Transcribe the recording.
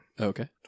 Okay